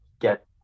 get